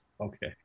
Okay